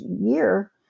year